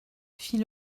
fit